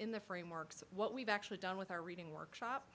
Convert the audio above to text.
in the frameworks what we've actually done with our reading workshop